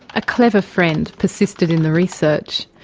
a clever friend persisted in the research,